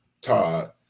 todd